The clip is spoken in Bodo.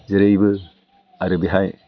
जेरैबो आरो बेहाय